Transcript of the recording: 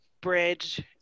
bridge